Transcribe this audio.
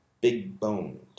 big-boned